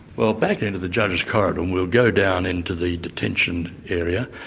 well back into the judge's corridor, and we'll go down into the detention area.